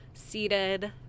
seated